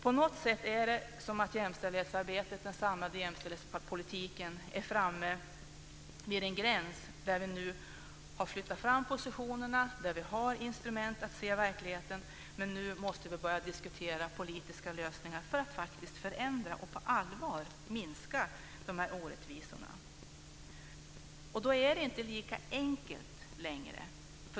På något sätt är det som om jämställdhetsarbetet och den samlade jämställdhetspolitiken är framme vid en gräns där vi nu har flyttat fram positionerna och har instrument för att se verkligheten. Nu måste vi börja diskutera politiska lösningar för att faktiskt förändra och på allvar minska orättvisorna. Då är det inte lika enkelt längre.